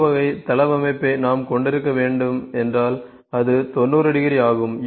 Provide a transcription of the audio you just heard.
U வகை தளவமைப்பை நாம் கொண்டிருக்க வேண்டும் என்றால் அது 90 டிகிரி ஆகும்